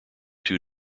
two